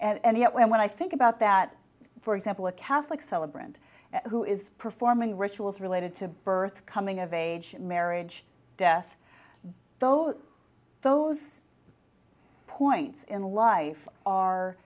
and yet when i think about that for example a catholic celebrant who is performing rituals related to birth coming of age marriage death though those points in life are